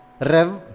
rev